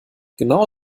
genau